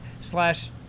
slash